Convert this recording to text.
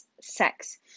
sex